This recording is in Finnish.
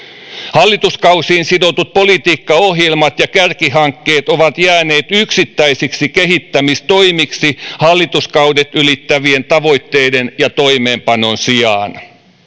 hallituskausiin sidotut politiikkaohjelmat ja kärkihankkeet ovat jääneet yksittäisiksi kehittämistoimiksi hallituskaudet ylittävien tavoitteiden ja toimeenpanon sijaan